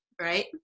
Right